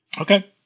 Okay